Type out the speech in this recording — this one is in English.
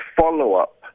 follow-up